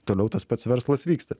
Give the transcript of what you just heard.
toliau tas pats verslas vyksta